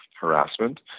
harassment